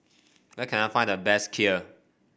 where can I find the best Kheer